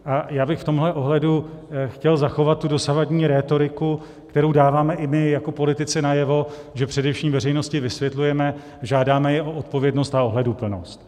A já bych v tomhle ohledu chtěl zachovat tu dosavadní rétoriku, kterou dáváme i my jako politici najevo, že především veřejnosti vysvětlujeme, žádáme je o odpovědnost a ohleduplnost.